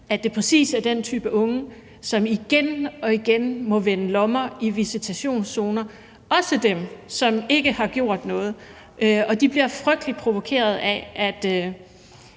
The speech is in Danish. at det præcis er den type unge, som igen og igen må vende lommer i visitationszoner, også dem, som ikke har gjort noget, og de bliver frygtelig provokeret af, at